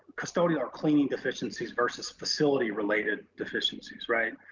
custodial or cleaning deficiencies versus facility related deficiencies, right.